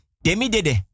demi-dede